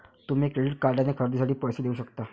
तुम्ही क्रेडिट कार्डने खरेदीसाठी पैसेही देऊ शकता